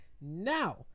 Now